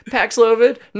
Paxlovid